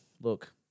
Look